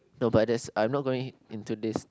no but there's I'm not going into this